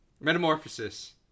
metamorphosis